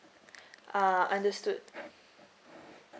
uh understood